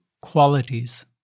qualities